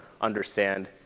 understand